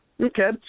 Okay